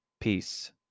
peace